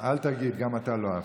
אל תגיד, גם אתה לא אהבת.